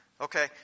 Okay